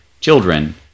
children